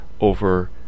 over